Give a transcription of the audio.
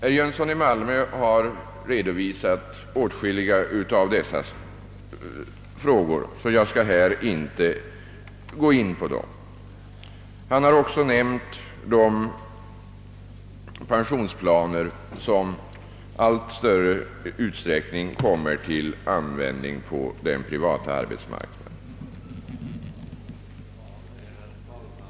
Herr Jönsson i Malmö har redovisat åtskilliga av dessa frågor, och jag skall inte gå in på dem här. Han har också nämnt de pensionsplaner som i allt större utsträckning kommer till användning på den privata arbetsmarknaden.